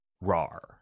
RAR